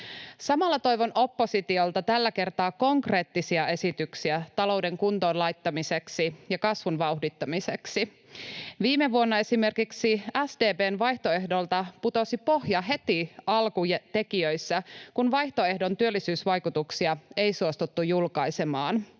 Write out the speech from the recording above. Samalla toivon oppositiolta tällä kertaa konkreettisia esityksiä talouden kuntoon laittamiseksi ja kasvun vauhdittamiseksi. Viime vuonna esimerkiksi SDP:n vaihtoehdolta putosi pohja heti alkutekijöissä, kun vaihtoehdon työllisyysvaikutuksia ei suostuttu julkaisemaan.